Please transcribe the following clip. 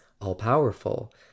all-powerful